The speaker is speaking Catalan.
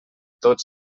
tot